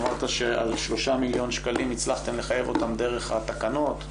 אמרת שעל שלושה מיליון שקלים הצלחתם לחייב אותם דרך התקנות.